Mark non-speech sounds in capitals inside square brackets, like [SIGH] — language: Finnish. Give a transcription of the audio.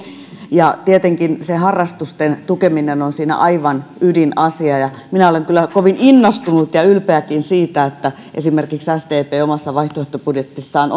tietenkin harrastusten tukeminen on siinä aivan ydinasia ja minä olen kyllä kovin innostunut ja ylpeäkin siitä että esimerkiksi sdp omassa vaihtoehtobudjetissaan [UNINTELLIGIBLE]